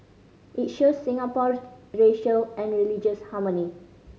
it shows Singapore racial and religious harmony